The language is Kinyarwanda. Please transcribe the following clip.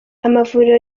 amavuriro